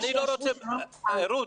רות,